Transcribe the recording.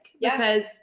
because-